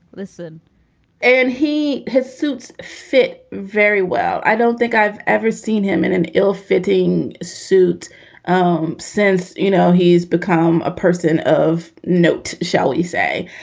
listen and he has suits fit very well. i don't think i've ever seen him in an ill fitting suit um since, you know, he's become a person of note, shall we say.